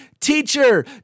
Teacher